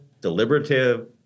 deliberative